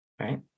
Right